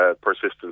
persistence